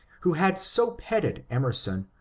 who had so petted emerson,